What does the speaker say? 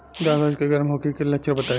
गाय भैंस के गर्म होखे के लक्षण बताई?